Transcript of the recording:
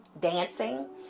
dancing